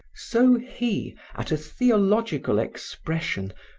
so he, at a theological expression,